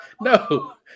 No